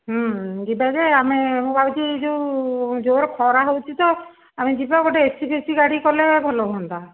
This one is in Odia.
ଯିବା ଯେ ଆମେ ମୁଁ ଭାବୁଛି ଏଇ ଯେଉଁ ଜୋରେ ଖରା ହେଉଛି ତ ଆମେ ଯିବା ଗୋଟେ ଏସିଫେସି ଗାଡ଼ି କଲେ ଭଲ ହୁଅନ୍ତା